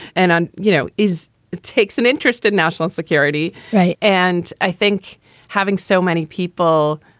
and and, you know, is takes an interest in national security. and i think having so many people